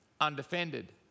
undefended